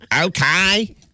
Okay